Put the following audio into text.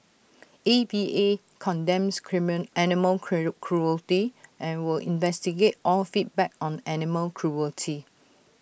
A V A condemns creamer animal cure cruelty and will investigate all feedback on animal cruelty